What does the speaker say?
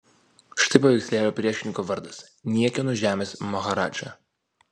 štai paveikslėlio priešininko vardas niekieno žemės maharadža